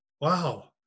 Wow